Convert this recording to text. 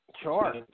Sure